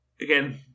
again